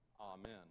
Amen